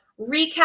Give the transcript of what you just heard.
recap